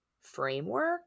framework